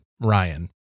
Ryan